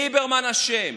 ליברמן אשם,